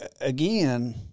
again